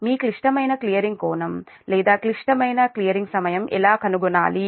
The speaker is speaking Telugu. మీ క్లిష్టమైన క్లియరింగ్ కోణం లేదా క్లిష్టమైన క్లియరింగ్ సమయం ఎలా కనుగొనాలి